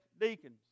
deacons